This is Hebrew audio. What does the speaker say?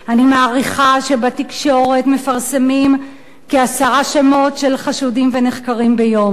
אני מעריכה שבתקשורת מתפרסמים כעשרה שמות של חשודים ונחקרים ביום.